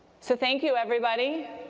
so thank you, everybody.